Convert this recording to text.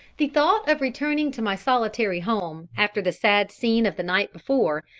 the thought of returning to my solitary home after the sad scene of the night before,